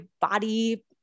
body